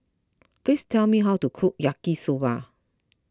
please tell me how to cook Yaki Soba